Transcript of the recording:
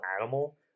animal